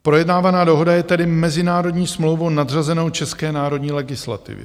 Projednávaná dohoda je tedy mezinárodní smlouvu nadřazenou české národní legislativě.